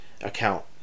account